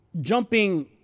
jumping